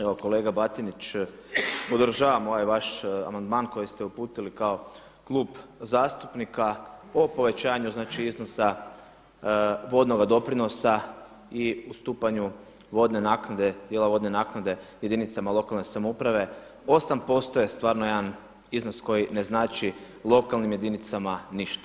Evo kolega Batinić, podržavam ovaj vaš amandman koji ste uputili kao klub zastupnika o povećanju iznosa vodnoga doprinosa i ustupanju vodne naknade, dijela vodne naknade jedinicama lokalne samouprave 8% je stvarno jedan iznos koji ne znači lokalnim jedinicama ništa.